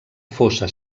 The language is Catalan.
fossa